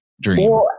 dream